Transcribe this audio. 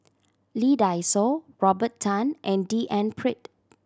Lee Dai Soh Robert Tan and D N Pritt